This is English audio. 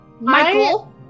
Michael